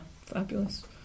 fabulous